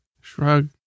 shrug